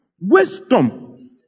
Wisdom